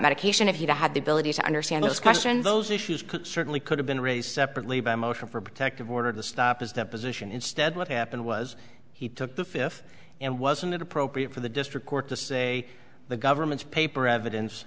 medication if you had the ability to understand the question those issues could certainly could have been raised separately by motion for protective order to stop his deposition instead what happened was he took the fifth and wasn't appropriate for the district court to say the government's paper evidence